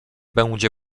będzie